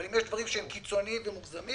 אבל אם יש דברים שהם קיצוניים ומוגזמים,